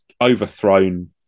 overthrown